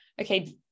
okay